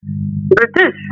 British